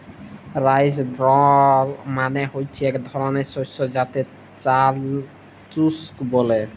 rice ব্রল মালে হচ্যে ইক ধরলের শস্য যাতে চাল চুষ ব্যলে